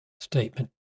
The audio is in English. statement